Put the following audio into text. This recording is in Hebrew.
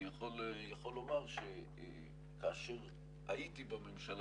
אני יכול לומר שכאשר הייתי בממשלה